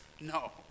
No